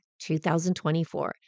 2024